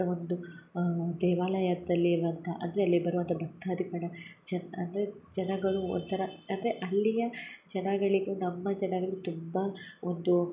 ಒಂದು ದೇವಾಲಯದಲ್ಲಿರುವಂಥ ಅಂದರೆ ಅಲ್ಲಿ ಬರುವಂಥ ಭಕ್ತಾದಿಗಳ ಜನ ಅಂದರೆ ಜನಗಳು ಒಂಥರ ಅಂದರೆ ಅಲ್ಲಿಯ ಜನಗಳಿಗೂ ನಮ್ಮ ಜನಗಳು ತುಂಬ ಒಂದು